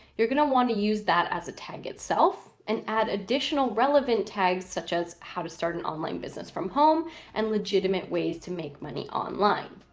you're to want to use that as a tag itself and add additional relevant tags such as how to start an online business from home and legitimate ways to make money online.